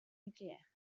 nucléaires